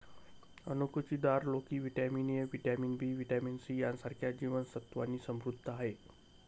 अणकुचीदार लोकी vitamin A, vitamin B, vitamin C यांसारख्या जीवन सत्त्वांनी समृद्ध आहे